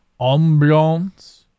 ambiance